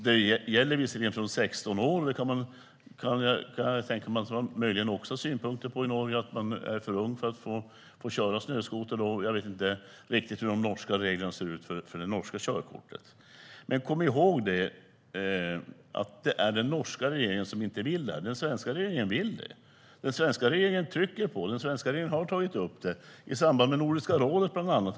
Det gäller visserligen från 16 år, och jag kan tänka mig att man i Norge möjligen har synpunkter på det - att man är för ung för att få köra snöskoter då. Jag vet inte riktigt hur de norska reglerna för körkortet ser ut. Men kom ihåg att det är den norska regeringen som inte vill detta. Den svenska regeringen vill det. Den svenska regeringen trycker på, och den svenska regeringen har tagit upp det. Det har tagits upp i samband med Nordiska rådet, bland annat.